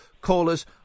callers